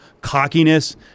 cockiness